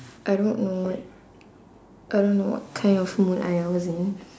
I don't know what I don't know what kind of mood I was in